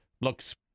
looks